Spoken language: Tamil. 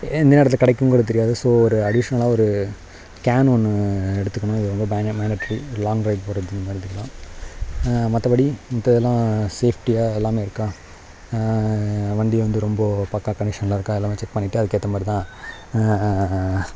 எந்நேரத்துக்கு கிடைக்குங்கிறது தெரியாது ஸோ ஒரு அடிஷ்னலாக ஒரு கேன் ஒன்று எடுத்துக்கணும் இது வந்து மேன்டேட்ரி லாங்க் ட்ரைவ் போகிறதுக்கு எல்லாம் மற்றபடி மத்ததுலாம் சேஃப்டியாக எல்லாமே இருக்கா வண்டி வந்து ரொம்ப பக்கா கண்டிஷன் நல்லா இருக்கா எல்லாமே செக் பண்ணிவிட்டு அதுக்கேற்ற மாதிரிதான்